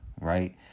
right